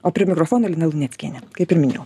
o prie mikrofono lina luneckienė kaip ir minėjau